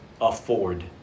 afford